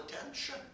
attention